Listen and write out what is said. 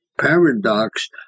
paradox